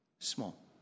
Small